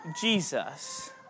Jesus